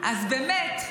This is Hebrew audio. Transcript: אז באמת,